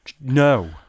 no